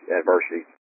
adversity